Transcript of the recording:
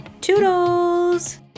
toodles